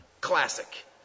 Classic